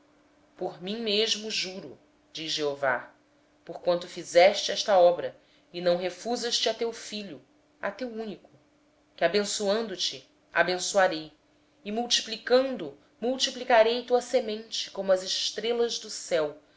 por mim mesmo jurei diz o senhor porquanto fizeste isto e não me negaste teu filho o teu único filho que deveras te abençoarei e grandemente multiplicarei a tua descendência como as estrelas do céu